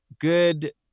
good